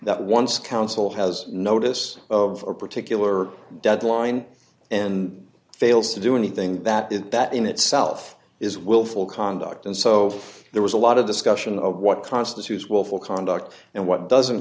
that once counsel has notice of a particular deadline and fails to do anything that is that in itself is willful conduct and so there was a lot of discussion of what constitutes willful conduct and what doesn't